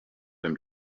him